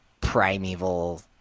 primeval